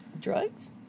Drugs